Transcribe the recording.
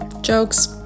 Jokes